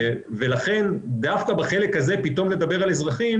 לכן דווקא בחלק הזה פתאום לדבר על אזרחים